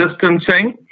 distancing